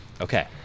Okay